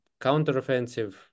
counteroffensive